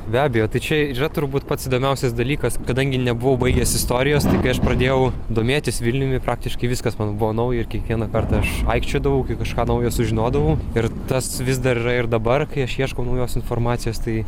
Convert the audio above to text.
be abejo tai čia ir yra turbūt pats įdomiausias dalykas kadangi nebuvau baigęs istorijos taigi aš pradėjau domėtis vilniumi praktiškai viskas man buvo nauja ir kiekvieną kartą aš vaikščiodavau kažką naujo sužinodavau ir tas vis dar yra ir dabar kai aš ieškau naujos informacijos tai